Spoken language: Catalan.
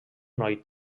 noi